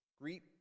Greet